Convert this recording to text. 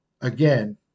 again